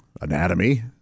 anatomy